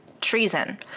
treason